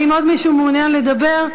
האם עוד מישהו מעוניין לדבר?